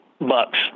bucks